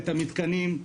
את המתקנים,